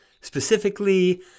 Specifically